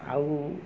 ଆଉ